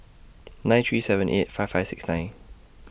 nine three seven eight five five six nine